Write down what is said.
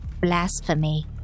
blasphemy